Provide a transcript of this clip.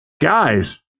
guys